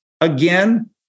again